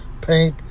paint